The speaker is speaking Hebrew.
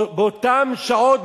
באותן שעות,